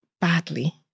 badly